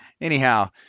Anyhow